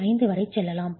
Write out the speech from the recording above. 5 வரை செல்லலாம்